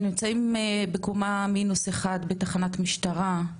הם נמצאים בקומה מינוס 1 בתחנת המשטרה,